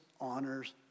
honors